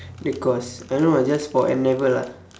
the course I don't know ah just for N-level ah